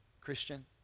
Christian